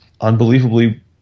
unbelievably